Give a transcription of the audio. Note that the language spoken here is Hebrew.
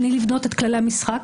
בלי לבנות את כללי המשחק,